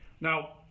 now